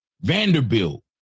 Vanderbilt